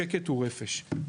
שקט ורפש,